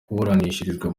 kuburanishirizwa